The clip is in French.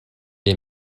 est